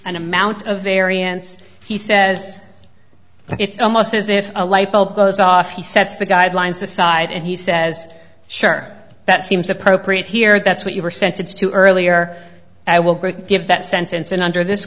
and amount of variance he says it's almost as if a lightbulb goes off he sets the guidelines aside and he says sure that seems appropriate here that's what you were sentenced to earlier i will give that sentence in under this